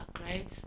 right